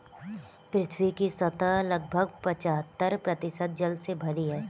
पृथ्वी की सतह लगभग पचहत्तर प्रतिशत जल से भरी है